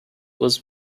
was